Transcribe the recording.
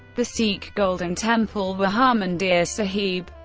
the sikh golden temple, the harmandir sahib,